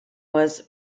was